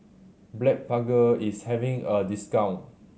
Blephagel is having a discount